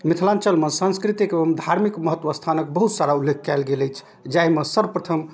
मिथिलाञ्चलमे साँस्कृतिक एवम् धार्मिक महत्व अस्थानके बहुत सारा उल्लेख कएल गेल अछि जाहिमे सर्वप्रथम